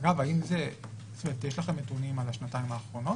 אגב, האם יש לכם נתונים על השנתיים האחרונות?